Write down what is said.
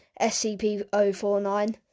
SCP-049